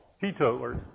teetotalers